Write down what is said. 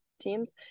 teams